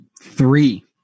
Three